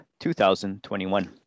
2021